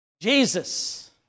Jesus